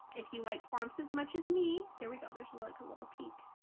if you like fonts as much as me. there we go! there's a look a little peek